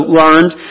learned